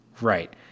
Right